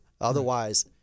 Otherwise